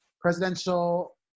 presidential